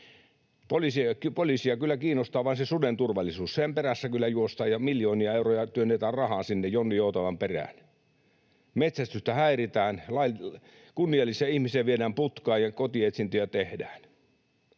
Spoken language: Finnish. Poliisia kyllä kiinnostaa vain se suden turvallisuus, sen perässä kyllä juostaan ja miljoonia euroja työnnetään rahaa sinne jonninjoutavan perään. Metsästystä häiritään, kunniallisia ihmisiä viedään putkaan ja kotietsintöjä tehdään.